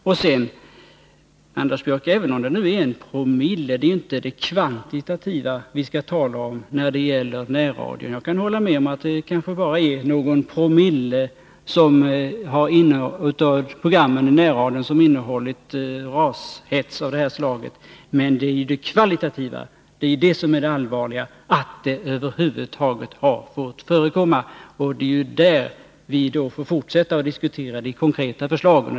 Även om det är en promille, Anders Björck, är det ju inte det kvantitativa vi skall tala om när det gäller närradion. Jag kan hålla med om att det kanske bara är någon promille av programmen i närradion som innehållit rashets av det här slaget, men det är ju det kvalitativa, att det över huvud taget har fått förekomma, som är det allvarliga. Det är där vi får fortsätta att diskutera de konkreta förslagen.